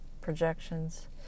projections